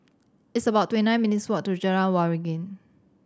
it's about twenty nine minutes' walk to Jalan Waringin